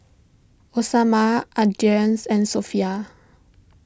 Osman Idris and Sofea